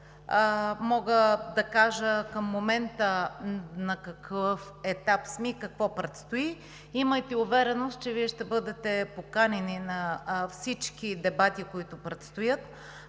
Мога да кажа към момента на какъв етап сме и какво предстои. Имайте увереност, че Вие ще бъдете поканени на всички дебати, които предстоят.